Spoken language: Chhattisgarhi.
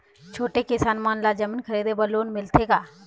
छोटे किसान मन ला जमीन खरीदे बर लोन मिलथे का?